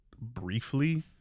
briefly